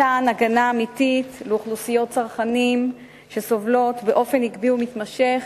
מתן הגנה אמיתית לאוכלוסיות צרכנים שסובלים באופן עקבי ומתמשך